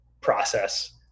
process